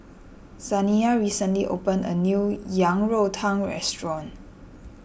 Zaniyah recently opened a new Yang Rou Tang restaurant